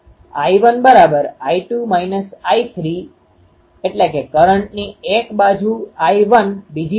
હવે ફાઈϕના ફંક્શન તરીકે પ્રત્યેક થીટાના માન પર આપણી રુચિ છે કારણ કે આપણે ત્યાંથી બે એલીમેન્ટના એરે રાખવા પ્રેરાય છીએ